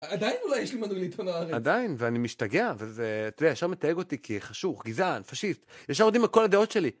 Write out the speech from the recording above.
עדיין אולי יש לי מנהל עיתון הארץ. עדיין, ואני משתגע, ואתה יודע, ישר מתייג אותי כחשוך, גזען, פשיט. ישר יודעים את כל הדעות שלי.